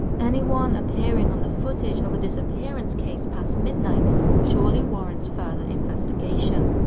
anyone appearing on the footage of a disappearance case past midnight surely warrants further investigation.